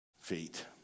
feet